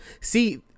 see